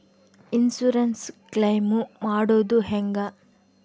Insurance claim ಮಾಡೋದು ಹೆಂಗ?